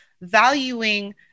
valuing